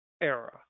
era